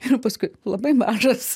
ir paskui labai mažas